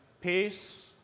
Peace